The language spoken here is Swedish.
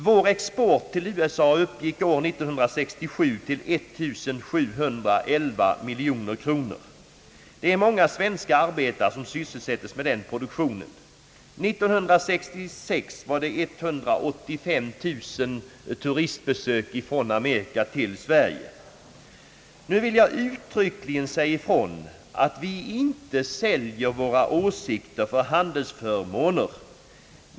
Vår export till USA uppgick år 1967 till 1 711 miljoner kronor. Det är många svenska arbetare som sysselsätts med den produktionen. år 1966 hade Sverige 185 000 turistbesök från Amerika. Nu vill jag uttryckligen säga ifrån att vi inte säljer våra åsikter för handelsförmåner.